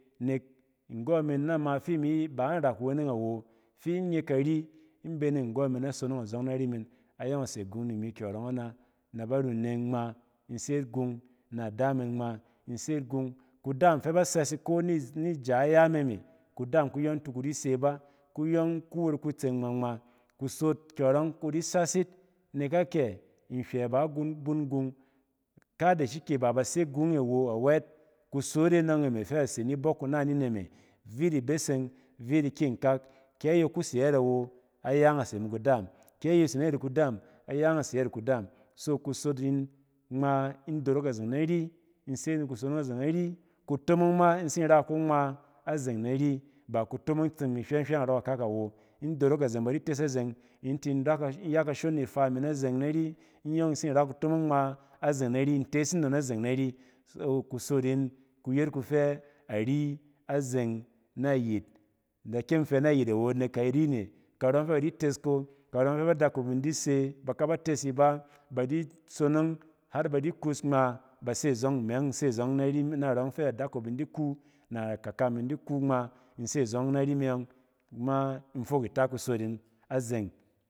Nek nggↄn min nama fi mi ba in rakuweng awo fi in nye kari in bene nggↄ min a sonong azↄng nari min, ayↄng ase gung ni mi kyↄrↄng ana na ba running ngma. In set gung na ada min ngma in set gung. kudɛɛm fɛ ba sɛs iko nizni jay a meme, kudaam kuyↄng ti kudi se ba kuyↄng ku wɛt ku tseng ngma-ngma. Kusot kyↄrↄng ku di sas yit, nek akyɛ? Nhywɛ ba gun-bun gung ka da shike ba ba se gung e awo, awɛt kusot e ↄng e me fɛ ase nibↄk kunan nin e ma, vit ibeseng, vit ikyinkak. Kɛ yo kuse yɛt awo, aya ↄng ase ni kudaam. Kɛ ayo se nɛyɛt kudaam, aya ↄng ase ayɛt kudaam so kusot in ngma in dorok azↄng nari in se ni kusonong azeng ari, kutomong ma in tsin ra ko ngma a zeng nari ba kutomong tseng ni mi hywɛng hywɛng narↄ kakak awo. In dorok a zↄng, ba di tes a zeng in tin rɛ kash in ye kashon ni ifaa min azeng nari in yↄng in tsin ra kutomong ngma azeng nari in tees nnon azeng nari. So kusot in, kuyet kufɛ ari azeng nayit. In da kyem in fɛ nayit awo nek kari ne, kareng fɛ ba di tes, ko karↄng fɛ ba dakop in di se ba kaba tes iba, ba di sonong har ba di kus ngma. Base zↄng imi ↄng in se zↄng naring narↄng fɛ adakop in di kun a kaka min di ku ngma in se zↄng nari me ↄng in fok nta kusot in azeng.